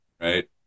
right